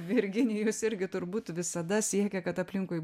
virginijus irgi turbūt visada siekia kad aplinkui